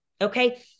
okay